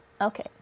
Okay